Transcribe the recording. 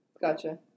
Gotcha